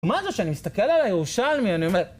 מה זה? שאני מסתכל על הירושלמי, אני אומר...